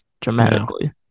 dramatically